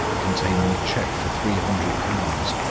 containing a cheque for three hundred pounds,